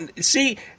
see